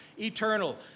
eternal